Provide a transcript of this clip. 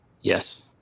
Yes